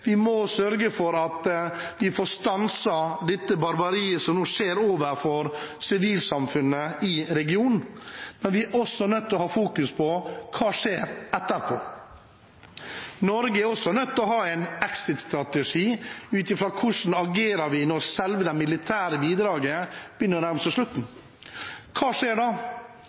Vi må sørge for at vi får stanset det barbariet som nå skjer overfor sivilsamfunnet i regionen. Men vi er også nødt til å fokusere på hva som skjer etterpå. Norge er nødt til å ha en exit-strategi: Hvordan reagerer vi når selve det militære bidraget begynner å nærme seg slutten? Hva skjer da?